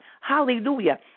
Hallelujah